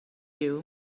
you